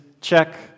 check